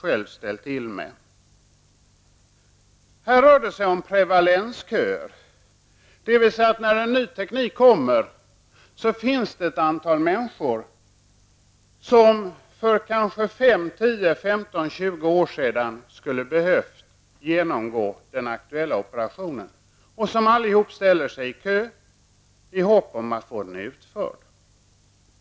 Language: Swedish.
Det rör sig om prevalensköer här, dvs. att när en ny teknik kommer finns det ett antal människor som för kanske 5, 10, 15 eller 20 år sedan skulle ha behövt genomgå den aktuella operationen och som nu alla ställer sig i kö i hopp om att få den utförd.